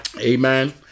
Amen